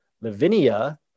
Lavinia